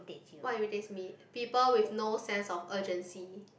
what irritates me people with no sense of urgency